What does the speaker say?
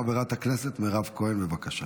חברת הכנסת מירב כהן, בבקשה.